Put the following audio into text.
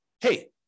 hey